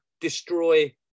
Destroy